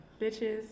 bitches